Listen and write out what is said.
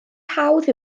hawdd